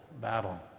battle